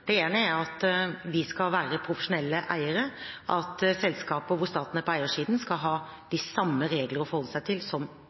Det ene er at vi skal være profesjonelle eiere. Selskaper hvor staten er på eiersiden, skal ha